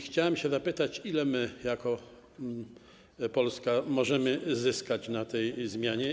Chciałem zapytać, ile my jako Polska możemy zyskać na tej zmianie.